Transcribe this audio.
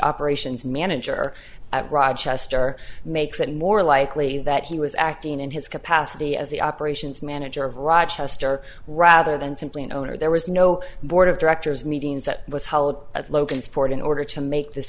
operations manager at rochester makes it more likely that he was acting in his capacity as the operations manager of rochester rather than simply an owner there was no board of directors meetings that was held at logansport in order to make this